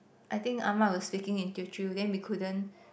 I think Ah-Ma was speaking in Teochew then we couldn't